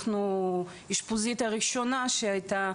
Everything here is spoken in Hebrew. אנחנו האשפוזית הראשונה שהייתה,